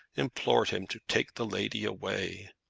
implored him to take the lady away.